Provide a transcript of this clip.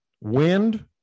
Wind